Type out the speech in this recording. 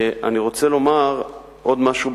אני רוצה לומר עוד משהו,